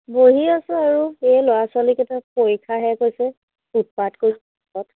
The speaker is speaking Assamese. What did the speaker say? বহি আছো আৰু এই ল'ৰা ছোৱালীকেইটাৰ পৰীক্ষা শেষ হৈছে উৎপাত কৰি ঘৰত